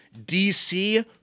DC